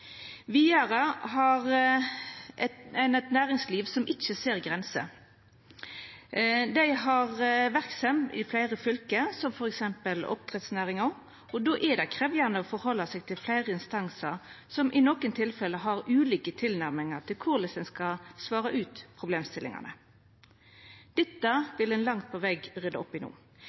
Vidare har ein eit næringsliv som ikkje ser grenser, og der det er verksemd i fleire fylke, f.eks. innanfor oppdrettsnæringa. Då er det krevjande å halda seg til fleire instansar, som i nokre tilfelle har ulike tilnærmingar til korleis ein skal svara ut problemstillingane. Dette vil ein langt på veg rydda opp i no.